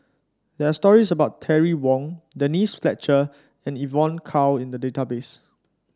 there stories about Terry Wong Denise Fletcher and Evon Kow in the database